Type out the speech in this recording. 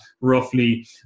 roughly